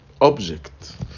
object